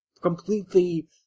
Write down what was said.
completely